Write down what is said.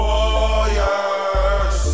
Warriors